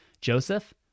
Joseph